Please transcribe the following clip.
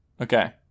okay